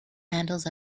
handles